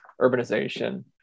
urbanization